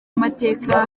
amateka